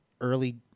early